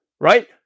right